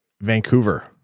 Vancouver